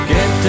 Get